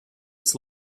its